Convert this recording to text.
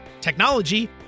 technology